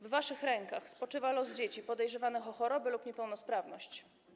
W waszych rękach spoczywa los dzieci podejrzewanych o choroby lub niepełnosprawność.